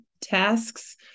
tasks